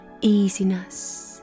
easiness